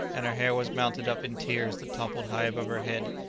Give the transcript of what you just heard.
and her hair was mounted up in tiers that toppled high above her head,